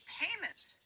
payments